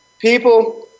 People